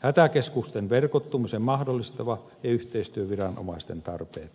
hätäkeskusten verkottumisen mahdollistava ja yhteistyöviranomaisten tarpeet huomioon ottava